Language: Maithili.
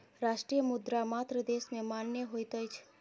राष्ट्रीय मुद्रा मात्र देश में मान्य होइत अछि